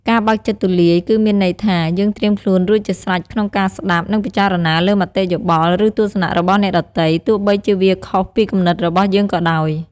ការបើកចិត្តទូលាយ គឺមានន័យថា យើងត្រៀមខ្លួនរួចជាស្រេចក្នុងការស្តាប់ និងពិចារណាលើមតិយោបល់ ឬទស្សនៈរបស់អ្នកដទៃ ទោះបីជាវាខុសពីគំនិតរបស់យើងក៏ដោយ។